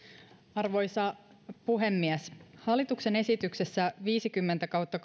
arvoisa puhemies hallituksen esityksessä viisikymmentä kautta